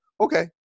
Okay